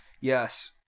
Yes